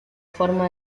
forma